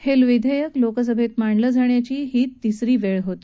हे विधेयक लोकसभेत मांडलं जाण्याची ही तिसरी वेळ आहे